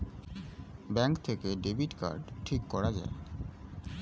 bank থেকে debit card ঠিক করা যায়